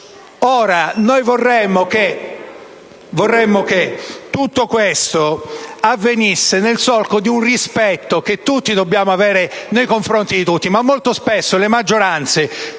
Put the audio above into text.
Ora, noi vorremmo che tutto questo avvenisse nel solco di un rispetto che tutti dobbiamo avere nei confronti di tutti. Ma molto spesso le maggioranze,